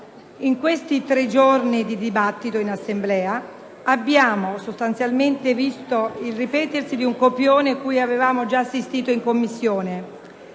In questi tre giorni di dibattito in Assemblea abbiamo sostanzialmente visto ripetersi un copione cui avevamo già assistito in Commissione: